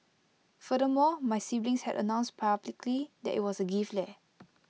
furthermore my siblings had announced publicly that IT was A gift leh